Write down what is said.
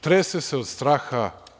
Trese se od straha.